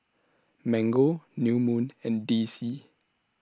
Mango New Moon and D C